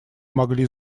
могли